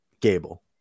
Gable